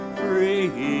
free